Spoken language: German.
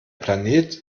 planet